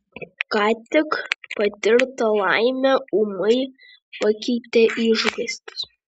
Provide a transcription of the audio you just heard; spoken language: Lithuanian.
ką tik patirtą laimę ūmai pakeitė išgąstis